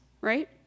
Right